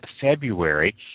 February